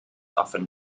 often